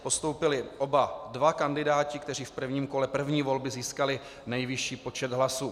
Postoupili oba dva kandidáti, kteří v prvním kole první volby získali nejvyšší počet hlasů.